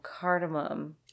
cardamom